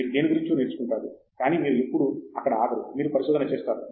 మీరు దేని గురించో నేర్చుకుంటారు కానీ మీరు ఎప్పుడూ అక్కడ ఆగరు మీరు పరిశోధన చేస్తారు